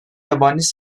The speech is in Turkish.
yabancı